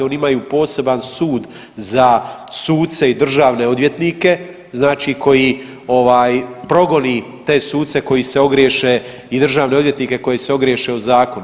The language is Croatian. Oni imaju poseban sud za suce i državne odvjetnike, znači koji progoni te suce koji se ogriješe i državne odvjetnike koji se ogriješe u zakon.